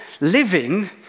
living